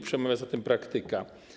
Przemawia za tym praktyka.